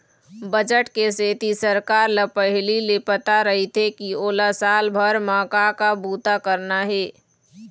budget के सेती सरकार ल पहिली ले पता रहिथे के ओला साल भर म का का बूता करना हे